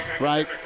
right